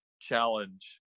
Challenge